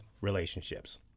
relationships